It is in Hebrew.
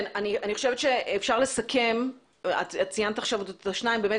אני חושבת שאפשר לסכם - את ציינת עכשיו שניים - שבאמת